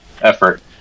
effort